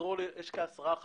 יש כעשרה חברים: